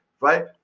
Right